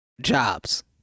Jobs